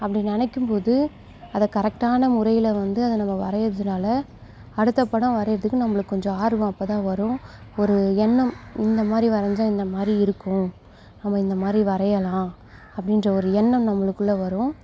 அப்படி நினைக்கும்போது அதை கரெக்டான முறையில் வந்து அதை நம்ம வரைகிறதுனால அடுத்த படம் வரைகிறதுக்கே நம்மளுக்கு கொஞ்சம் ஆர்வம் அப்போ தான் வரும் ஒரு எண்ணம் இந்த மாதிரி வரைஞ்சா இந்த மாதிரி இருக்கும் நம்ம இந்த மாதிரி வரையலாம் அப்படின்ற ஒரு எண்ணம் நம்மளுக்குள்ளே வரும்